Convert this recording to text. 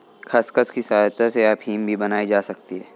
खसखस की सहायता से अफीम भी बनाई जा सकती है